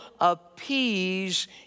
appease